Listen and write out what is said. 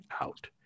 out